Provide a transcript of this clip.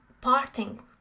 parting